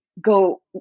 go